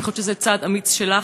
אני חושבת שזה צעד אמיץ שלך,